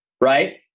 right